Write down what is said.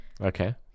Okay